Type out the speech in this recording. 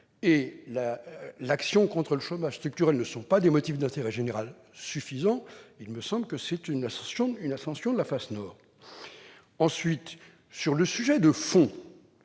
et l'action contre le chômage structurel ne sont pas des motifs d'intérêt général suffisants, c'est une ascension de la face nord ! J'en viens au sujet de fond.